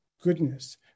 goodness